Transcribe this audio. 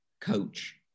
coach